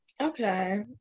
Okay